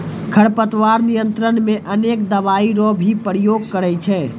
खरपतवार नियंत्रण मे अनेक दवाई रो भी प्रयोग करे छै